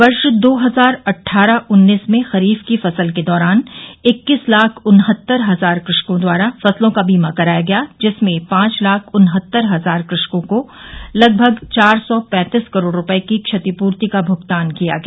वर्ष दो हजार अट्ठारह उन्नीस में खरीफ की फसल दौरान इक्कीस लाख उन्हत्तर हजार कृषकों द्वारा फसलों का बीमा कराया गया जिसमें पांच लाख उन्हत्तर हजार कृषकों को लगभग चार सौ पैंतीस करोड़ रूपये की क्षतिपूर्ति का भुगतान किया गया